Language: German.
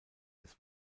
des